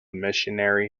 missionary